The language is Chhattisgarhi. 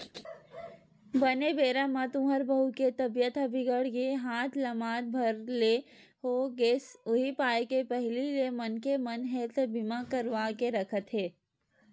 बने बेरा म तुँहर बहू के तबीयत ह बिगड़ गे हाथ लमात भर ले हो गेस उहीं पाय के पहिली ले मनखे मन हेल्थ बीमा करवा के रखत हे